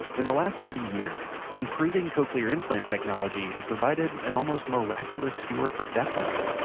in the last thirty years, improving cochlear implant technology has provided an almost miraculous cure for deafness.